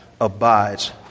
abides